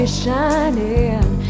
shining